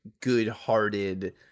good-hearted